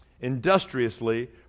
industriously